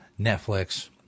Netflix